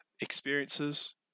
experiences